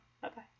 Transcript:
Bye-bye